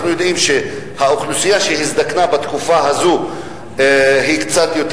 אנחנו יודעים שהאוכלוסייה שהזדקנה בתקופה הזו גדלה קצת,